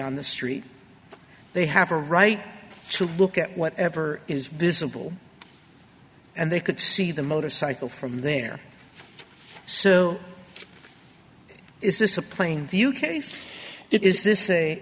on the street they have a right to look at whatever is visible and they could see the motorcycle from there so is this a plain view case is this a